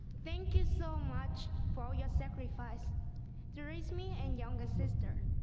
thank you so much for your sacrifice to raise me and younger sister.